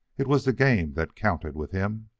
it was the game that counted with him.